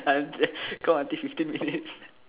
count ah count until fifteen minutes